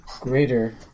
Greater